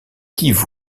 kivu